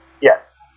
Yes